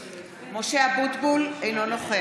(קוראת בשמות חברי הכנסת) משה אבוטבול, אינו נוכח